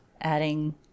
adding